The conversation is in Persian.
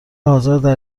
حاضردر